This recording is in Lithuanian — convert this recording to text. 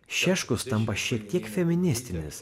šeškus tampa šiek tiek feministinis